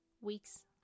weeks